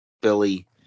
Billy